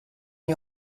n’y